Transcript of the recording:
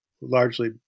largely